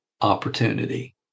opportunity